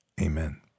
Amen